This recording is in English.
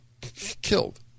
Killed